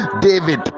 David